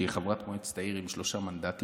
שהיא חברת מועצת העיר עם שלושה מנדטים,